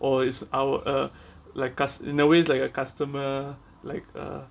oh it's our like us in a way like a customer like err